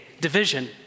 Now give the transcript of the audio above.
division